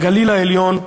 בגליל העליון,